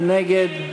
מי נגד?